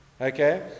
Okay